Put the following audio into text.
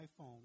iPhone